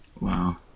Wow